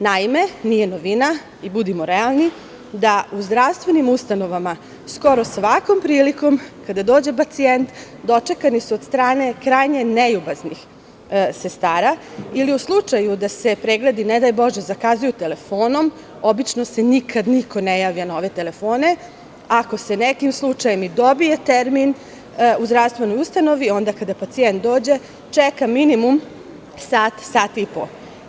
Naime, nije novina i budimo realni da u zdravstvenim ustanovama skoro svakom prilikom kada dođe pacijent, dočekani su od strane krajnje neljubaznih sestara, ili u slučaju da se pregledi, ne daj Bože zakazuju telefonom, obično se nikad niko ne javlja na ove telefone, a ako se nekim slučajem i dobije termin u zdravstvenoj ustanovi, onda kada pacijent dođe čeka minimum sat, sat i po.